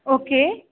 okay